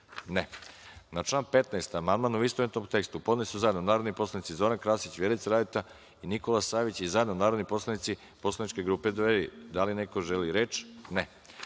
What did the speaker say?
(Ne)Na član 15. amandman, u istovetnom tekstu, podneli su zajedno narodni poslanici Zoran Krasić, Vjerica Radeta i Nikola Savić i zajedno narodni poslanici poslaničke grupe Dveri. Da li neko želi reč?